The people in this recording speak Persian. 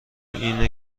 اینه